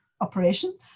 operation